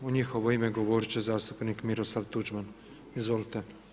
U njihovo ime govorit će zastupnik Miroslav Tuđman, izvolite.